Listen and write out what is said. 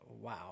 wow